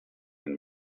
and